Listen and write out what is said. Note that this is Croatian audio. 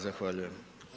Zahvaljujem.